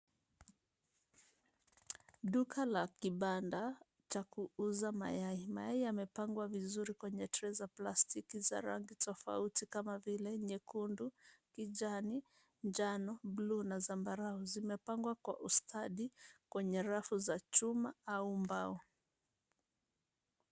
Duka la kibanda cha kuuza mayai. Mayai yamepangwa vizuri kwenye trei za plastiki za rangi tofauti kama vile nyekundu, kijani njano, blue na zambarau. Zimepangwa kwa ustadi kwenye rafu za chuma au mbao.